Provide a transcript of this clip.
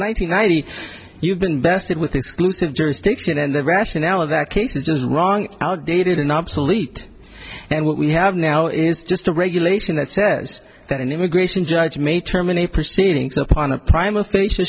ninety ninety you've been invested with the exclusive jurisdiction and the rationale of that case is just wrong outdated and obsolete and what we have now is just a regulation that says that an immigration judge may terminate proceedings upon a primal facial